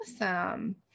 awesome